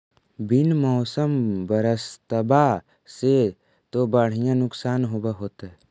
बिन मौसम बरसतबा से तो बढ़िया नुक्सान होब होतै?